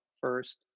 first